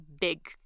big